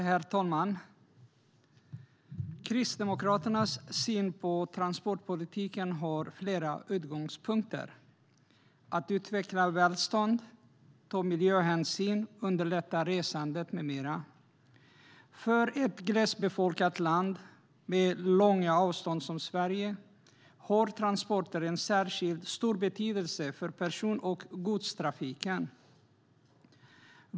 Herr talman! Kristdemokraternas syn på transportpolitiken har flera utgångspunkter: att utveckla välstånd, ta miljöhänsyn och underlätta resandet med mera. För ett glesbefolkat land som Sverige, med långa avstånd, har transporter en särskilt stor betydelse för person och godstrafiken.